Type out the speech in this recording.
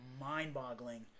mind-boggling